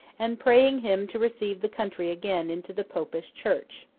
and praying him to receive the country again into the popish church.